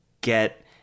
get